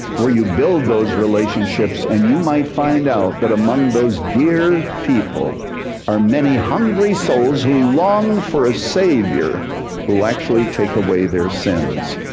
where you build those relationships. and you might find out that among those dear people are many hungry souls who long for a savior who will actually take away their sins.